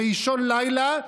באישון לילה,